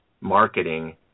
marketing